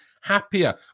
happier